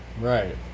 Right